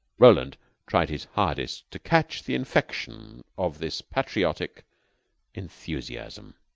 roland tried his hardest to catch the infection of this patriotic enthusiasm,